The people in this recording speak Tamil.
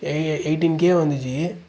எய்ட்டின் கே வந்துச்சு